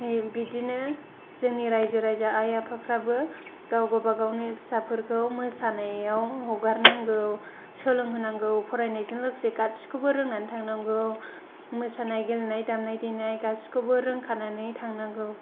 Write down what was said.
बिदिनो जोंनि रायजो राजा आइ आफाफ्राबो गाव गावबागावनि फिसाफोरखौ मोसानायाव हगारनांगौ सोलोंहोनांगौ फरायनायजों लोगोसे गासिखौबो रोंनानै थानांगौ मोसानाय गेलेनाय दामनाय देनाय गासिखौबो रोंखानानै थानांगौ